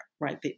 right